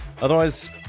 otherwise